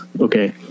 okay